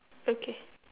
okay